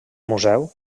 museu